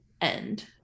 end